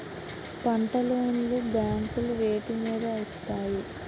పంట లోన్ లు బ్యాంకులు వేటి మీద ఇస్తాయి?